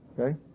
okay